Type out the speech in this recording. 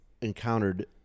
encountered